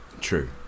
true